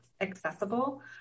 accessible